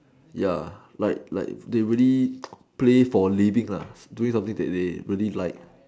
ya like like they really play for living lah doing something that they really like